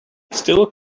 still